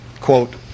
quote